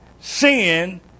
sin